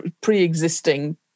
pre-existing